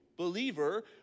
believer